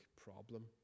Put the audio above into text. problem